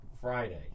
friday